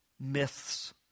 myths